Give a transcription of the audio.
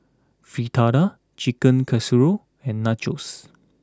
Fritada Chicken Casserole and Nachos